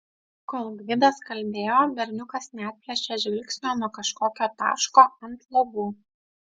kol gvidas kalbėjo berniukas neatplėšė žvilgsnio nuo kažkokio taško ant lubų